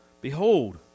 Behold